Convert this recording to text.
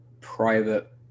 private